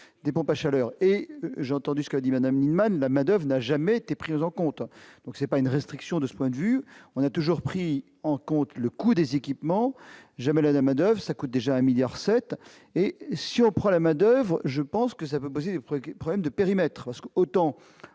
des pompes à chaleur et j'ai entendu ce qu'a dit Madame Neeman la Madoff n'a jamais été prise en compte donc c'est pas une restriction de ce point de vue, on a toujours pris en compte le coût des équipements jamais la Main-d'oeuvre ça coûte déjà un milliard 7 et si on prend la main d'oeuvre, je pense que ça peut poser préoccupent, problèmes de périmètres parce que autant